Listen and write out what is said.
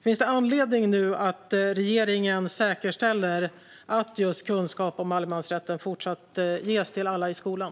Finns det nu anledning att regeringen säkerställer att just kunskap om allemansrätten fortsatt ges till alla i skolan?